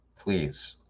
please